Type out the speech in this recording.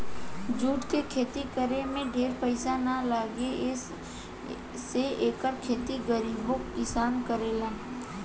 jute के खेती करे में ढेर पईसा ना लागे से एकर खेती गरीबो किसान करेला